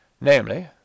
Namely